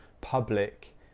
public